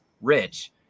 rich